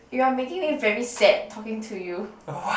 you're making me very sad talking to you